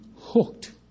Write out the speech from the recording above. hooked